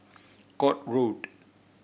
Court Road